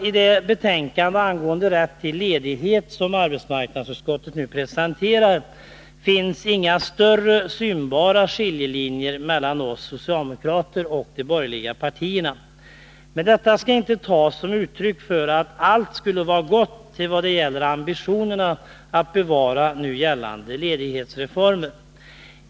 I det betänkande angående rätt till ledighet som arbetsmarknadsutskottet nu presenterat finns inga större synbara skillnader mellan oss socialdemokrater och de borgerliga partierna. Men detta skall inte tas som ett uttryck för att allt skulle vara gott när det gäller ambitionerna att bevara nu gällande ledighetsreformer.